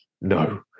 No